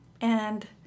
and-